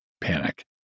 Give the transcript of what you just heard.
panic